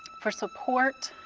for support,